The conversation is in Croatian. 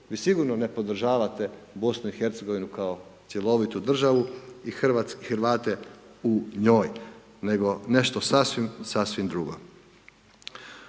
vi sigurno ne podržavate Bosnu i Hercegovinu kao cjelovitu državu i Hrvate u njoj, nego nešto sasvim,